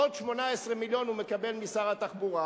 עוד 18 מיליון הוא מקבל משר התחבורה,